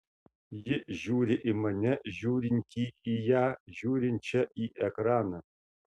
ji žiūri į mane žiūrintį į ją žiūrinčią į ekraną